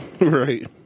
right